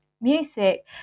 music